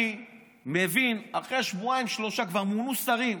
אני מבין, אחרי שבועיים-שלושה כבר מונו שרים,